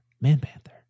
man-panther